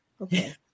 Okay